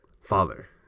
Father